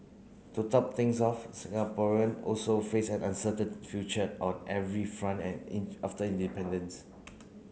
to top things off Singaporean also faced an uncertain future on every front after independence